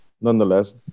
nonetheless